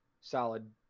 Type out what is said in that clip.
solid